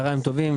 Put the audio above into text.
צוהריים טובים.